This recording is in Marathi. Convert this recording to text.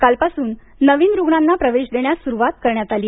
कालपासून नवीन रुग्णांना प्रवेश देण्यास सुरुवात करण्यात आली आहे